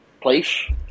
place